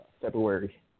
February